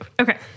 Okay